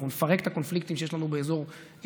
אנחנו נפרק את הקונפליקטים שיש לנו באזור פולג,